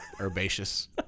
Herbaceous